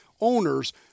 owners –